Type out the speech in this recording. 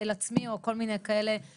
כן, לאן תעביר אותם אחר כך.